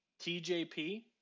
TJP